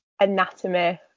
anatomy